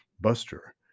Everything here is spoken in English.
Buster